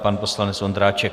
Pan poslanec Ondráček.